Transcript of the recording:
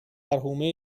حومه